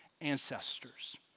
ancestors